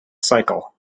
cycle